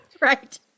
Right